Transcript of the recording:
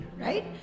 right